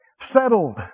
settled